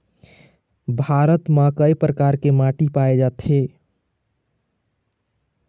भारत म कय प्रकार के माटी पाए जाथे?